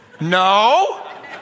No